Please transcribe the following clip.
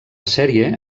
sèrie